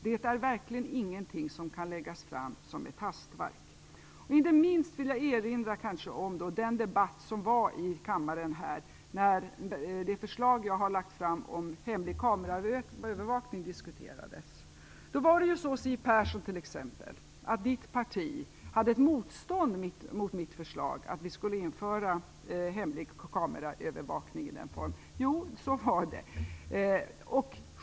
Det är verkligen ingenting som kan läggas fram som ett hastverk. Inte minst vill jag erinra om den debatt som hölls i kammaren när det förslag jag har lagt fram om hemlig kameraövervakning diskuterades. Siw Perssons parti hade ett motstånd mot mitt förslag att vi skulle införa hemlig kameraövervakning i den formen. Så var det.